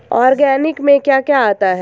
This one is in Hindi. ऑर्गेनिक में क्या क्या आता है?